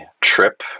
trip